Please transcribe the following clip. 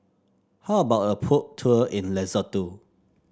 how about a Boat Tour in Lesotho